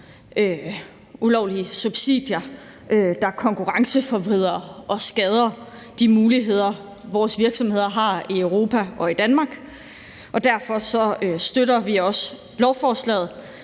ulovlige subsidier, der konkurrenceforvrider og skader de muligheder, vores virksomheder har i Europa og i Danmark, og derfor støtter vi også lovforslaget.